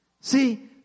See